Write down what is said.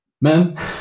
man